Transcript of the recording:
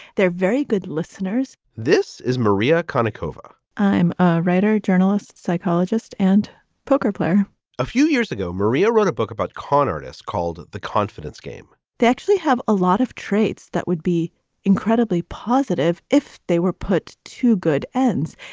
they're very good listeners this is maria karnik cova i'm a writer, journalist, psychologist and poker player a few years ago, maria wrote a book about con artists called the confidence game they actually have a lot of traits that would be incredibly positive if they were put to good ends.